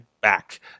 Back